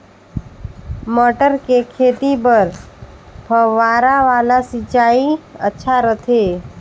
मटर के खेती बर फव्वारा वाला सिंचाई अच्छा रथे?